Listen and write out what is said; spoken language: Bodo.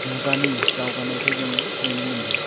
मुगानि दावगानायखौ जों नुनो मोनदों